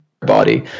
body